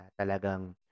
talagang